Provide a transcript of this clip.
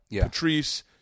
Patrice